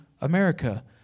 America